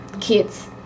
kids